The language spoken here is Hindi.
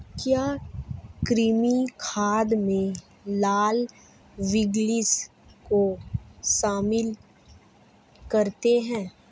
क्या कृमि खाद में लाल विग्लर्स को शामिल करते हैं?